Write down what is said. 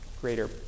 greater